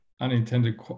unintended